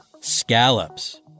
scallops